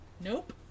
Nope